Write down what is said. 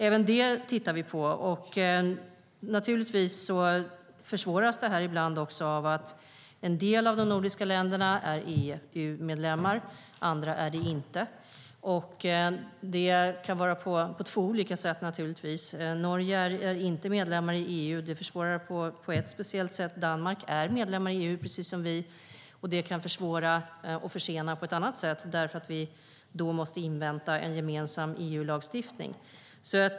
Även det tittar vi på. Naturligtvis försvåras det här ibland av att en del av de nordiska länderna är EU-medlemmar och att andra inte är det. Det kan vara på två olika sätt. Norge är inte medlem i EU. Det försvårar på ett speciellt sätt. Danmark är medlem i EU, precis som vi. Det kan försvåra och försena på ett annat sätt, för då måste vi invänta en gemensam EU-lagstiftning.